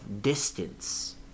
distance